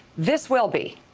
this will be.